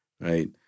right